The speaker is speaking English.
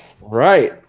right